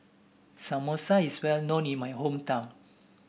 samosa is well known in my hometown